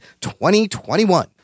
2021